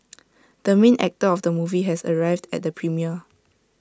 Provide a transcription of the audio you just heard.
the main actor of the movie has arrived at the premiere